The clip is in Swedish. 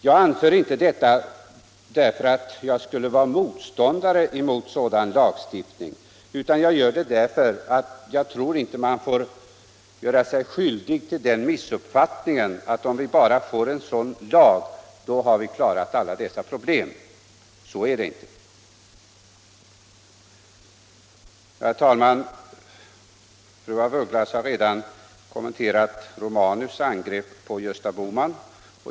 — Jag anför inte detta därför att jag skulle vara motståndare till en sådan lagstiftning, utan jag gör det därför att jag inte tror att man får göra sig skyldig till missuppfattningen att om vi bara får en sådan lag har vi klarat alla dessa problem. Så är det inte. Herr talman! Fru af Ugglas har redan kommenterat herr Romanus angrepp på Gösta Bohman.